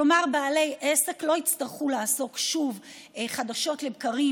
כלומר בעלי עסק לא יצטרכו לעסוק שוב חדשות לבקרים